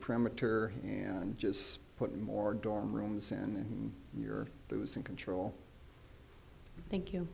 perimeter and just put in more dorm rooms and you're losing control thank you